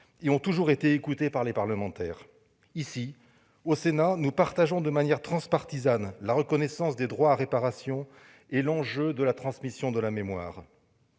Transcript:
et ont toujours été écoutés par les parlementaires. Ici, au Sénat, nous nous accordons de manière transpartisane sur la nécessité d'une reconnaissance des droits à réparation et sur l'enjeu de la transmission de la mémoire.